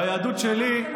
ביהדות שלי,